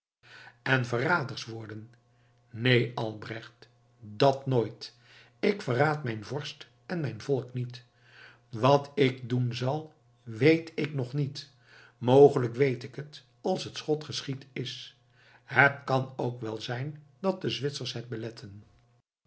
en verraders worden neen albrecht dat nooit ik verraad mijn vorst en mijn volk niet wat ik doen zal weet ik nog niet mogelijk weet ik het als het schot geschied is het kan ook wel zijn dat de zwitsers het beletten